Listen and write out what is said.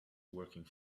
working